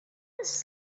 does